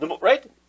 right